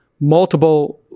multiple